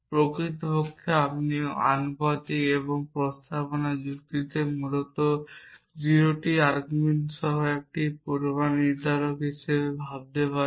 প্রকৃতপক্ষে আপনি আনুপাতিক এবং প্রস্তাবনা যুক্তিকে মূলত 0 টি আর্গুমেন্ট সহ একটি পূর্বনির্ধারক হিসাবে ভাবতে পারেন